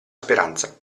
speranza